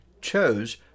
chose